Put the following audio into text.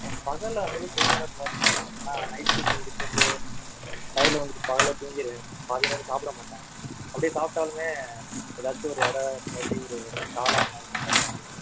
ஆ பகலில் வந்து அந்தளவுக்கு செரிமானம் கோளாறு இல்லேங்க சார் ஏன்னா நைட்டு ஷிஃப்ட்டு முடிச்சிவிட்டு வந்து டையர்டில் வந்து பகல்லே தூங்கிருவேன் மதியம் நேரம் சாப்பிட மாட்டேன் அப்படியே சாப்பிட்டாலுமே ஏதாச்சும் ஒரு வடை மேபி ஒரு காளான் அதை மாதிரி சாப்பிட்டுக்கிடுவேன்